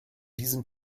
diesem